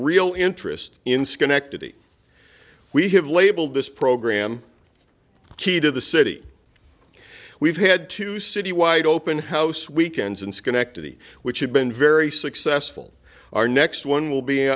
real interest in schenectady we have labeled this program key to the city we've had two city wide open house weekends in schenectady which have been very successful our next one will be